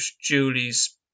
Julie's